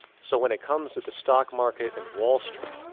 so when it comes to the stock market and wall street,